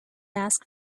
ask